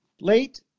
Late